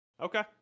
Okay